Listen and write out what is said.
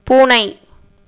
பூனை